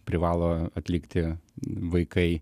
privalo atlikti vaikai